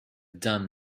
done